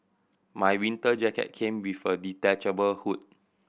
my winter jacket came with a detachable hood